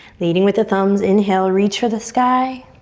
leading with the thumbs, inhale, reach for the sky.